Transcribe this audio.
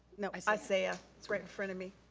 no, isiah. isiah. it's right in front of me.